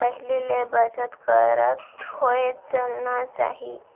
पहिली ले बचत करत होय चलना चाही